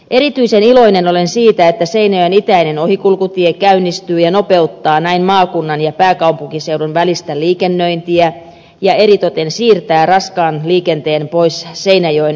erityisen iloinen olen siitä että seinäjoen itäinen ohikulkutie käynnistyy ja nopeuttaa näin maakunnan ja pääkaupunkiseudun välistä liikennöintiä ja eritoten siirtää raskaan liikenteen pois seinäjoen ydinkeskustasta